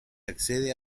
accede